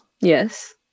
Yes